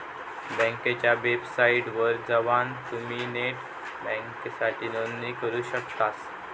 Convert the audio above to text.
बँकेच्या वेबसाइटवर जवान तुम्ही नेट बँकिंगसाठी नोंदणी करू शकतास